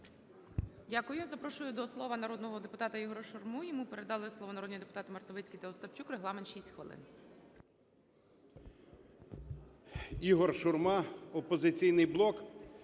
Дякую. Запрошую до слова народного депутата ІгоряШурму, йому передали слово народні депутати Мартовицький та Остапчук. Регламент - 6 хвилин.